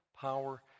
power